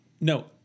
No